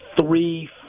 three